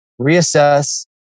reassess